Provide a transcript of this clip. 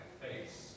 face